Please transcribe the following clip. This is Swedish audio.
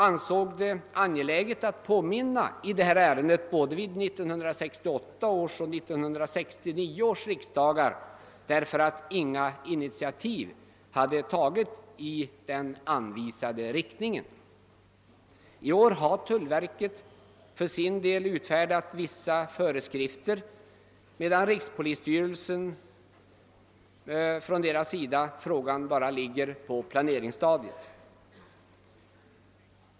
Både vid 1968 och 1969 års riksdagar ansåg motionärer det angeläget att påminna om detta ärende eftersom inga initiativ hade tagits i den anvisade riktningen. I år har tullverket utfärdat vissa föreskrifter, medan frågan hos rikspolisstyrelsen ännu befinner sig på planeringsstadiet.